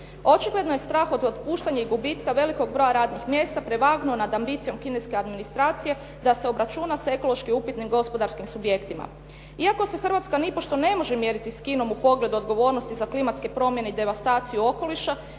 Očigledno je strah od otpuštanja i gubitka velikog broja radnih mjesta prevagnuo nad ambicijom kineske administracije da se obračuna sa ekološki upitnim gospodarskim subjektima. Iako se Hrvatska nipošto ne može mjeriti s Kinom u pogledu odgovornosti za klimatske promjene i devastaciju okoliša